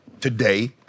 today